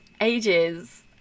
ages